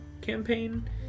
campaign